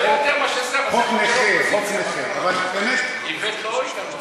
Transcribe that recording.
לא יותר מאשר, איווט לא אתנו.